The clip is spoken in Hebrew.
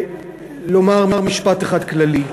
אני רוצה לומר משפט אחד כללי.